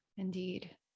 Indeed